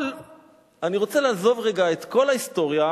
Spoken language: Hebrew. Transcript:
אבל אני רוצה לעזוב רגע את כל ההיסטוריה,